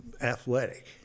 athletic